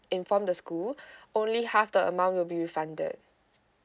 inform the school only half the amount will be refunded